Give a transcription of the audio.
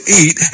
eat